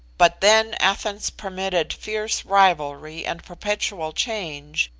but then athens permitted fierce rivalry and perpetual change,